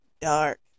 dark